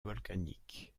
volcaniques